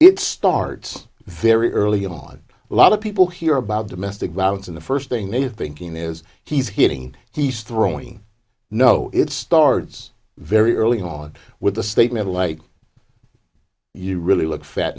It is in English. it starts very early on a lot of people hear about domestic violence in the first thing they have been king is he's hitting he's throwing no it starts very early on with a statement like you really look fat